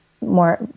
more